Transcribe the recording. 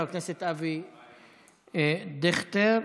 חבר הכנסת אבי דיכטר,